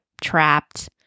trapped